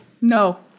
No